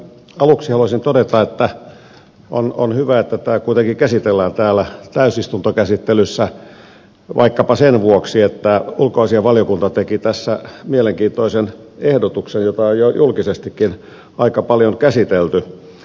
aluksi haluaisin todeta että on hyvä että tämä kuitenkin käsitellään täällä täysistuntokäsittelyssä vaikkapa sen vuoksi että ulkoasianvaliokunta teki tässä mielenkiintoisen ehdotuksen jota on jo julkisestikin aika paljon käsitelty